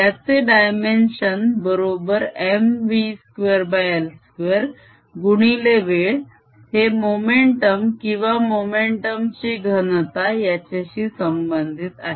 त्याचे डायमेन्शन बरोबर M v2 L2 गुणिले वेळ हे मोमेंटम किंवा मोमेंटम ची घनता याच्याशी संबंधित आहे